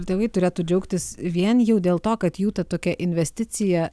tėvai turėtų džiaugtis vien jau dėl to kad jų ta tokia investicija